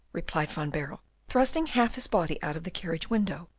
replied van baerle, thrusting half his body out of the carriage window.